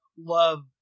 love